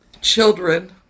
children